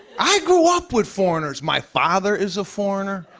i grew up with foreigners. my father is a foreigner.